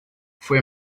foi